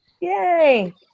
Yay